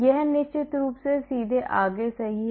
यह निश्चित रूप से सीधे आगे सही है